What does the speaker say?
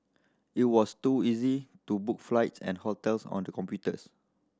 it was too easy to book flights and hotels on the computers